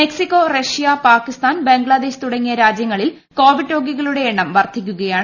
Mexico Russia Pakistan Bangladesh തുടങ്ങിയ രാജ്യങ്ങളിൽ Covid രോഗികളുടെ എണ്ണം വർദ്ധിക്കുകയാണ്